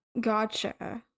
Gotcha